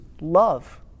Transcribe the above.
love